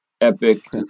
epic